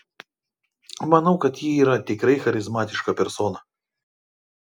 manau kad ji yra tikrai charizmatiška persona